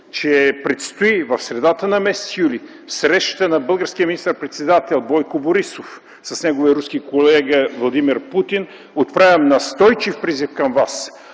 че в средата на м. юли предстои среща на българския министър-председател Бойко Борисов с неговия руски колега Владимир Путин, отправям настойчив призив към Вас: